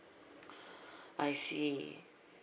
I see